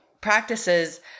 practices